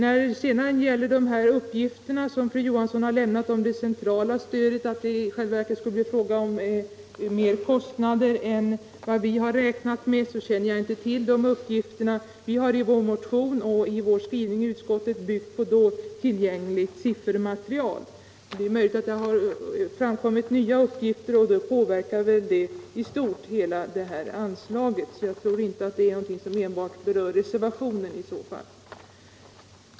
Fru Johansson lämnade den uppgiften om det centrala stödet att det i själva verket skulle bli fråga om större kostnader än vad vi har räknat med. Jag känner inte till de uppgifterna. Vi har i vår motion och i vår skrivning i reservationen byggt på då tillgängligt siffermaterial. Det är möjligt att det har framkommit nya uppgifter, men då påverkas väl anslaget i stort, så jag tror inte alt det är någonting som berör enbart reservationen i så fall.